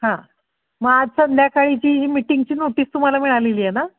हां मग आज संध्याकाळीची जी मिटिंगची नोटीस तुम्हाला मिळालेली आहे ना